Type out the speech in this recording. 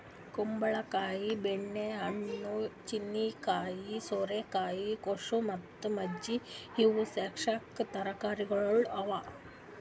ಕುಂಬಳ ಕಾಯಿ, ಬೆಣ್ಣೆ ಹಣ್ಣು, ಚೀನೀಕಾಯಿ, ಸೋರೆಕಾಯಿ, ಕುಶಾ ಮತ್ತ ಮಜ್ಜಿ ಇವು ಸ್ಕ್ವ್ಯಾಷ್ ತರಕಾರಿಗೊಳ್ ಅವಾ